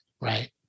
right